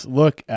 look